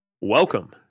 Welcome